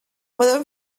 podem